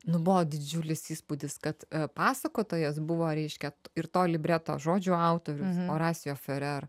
nu buvo didžiulis įspūdis kad pasakotojas buvo reiškia ir to libreto žodžių autorius orasio ferera